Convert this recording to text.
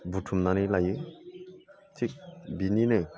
बुथुमनानै लायो थिक बिनिनो